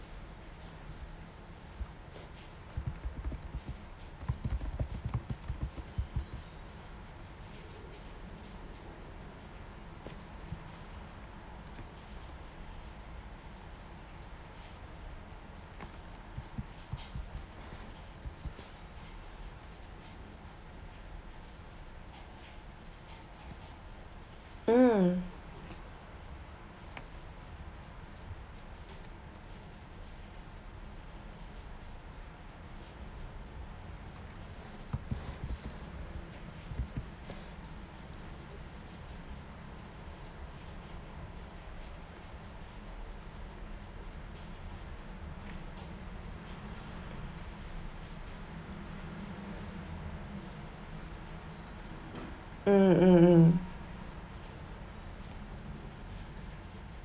mm mm mm mm